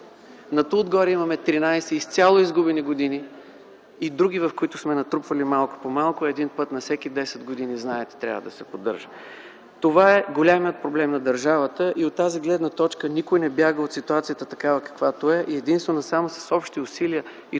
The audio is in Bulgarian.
На това отгоре имаме 13 изцяло изгубени години и други, в които сме натрупвали малко по малко. Знаете, че един път на всеки десет години трябва да се поддържа. Това е големият проблем на държавата. От тази гледна точка никой не бяга от ситуацията такава, каквато е. Единствено и само с общи усилия и